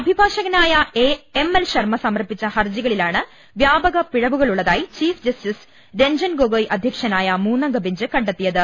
അഭിഭാഷകനായ M L Sharma സമർപ്പിച്ച ഹർജികളിലാണ് വ്യാപക പിഴവുകളുള്ളതായി ചീഫ് ജസ്റ്റിസ് രഞ്ജൻഗൊഗോയ് അധ്യക്ഷനായ മൂന്നംഗ ബെഞ്ച് കണ്ടെത്തിയത്